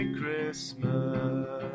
Christmas